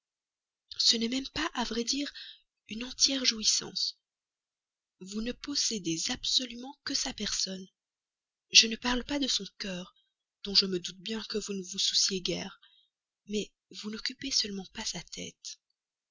ce n'est pas même à vrai dire une entière jouissance vous ne possédez absolument que son corps je ne parle pas de son cœur dont je me doute bien que vous ne vous souciez guère mais vous n'occupez seulement pas sa tête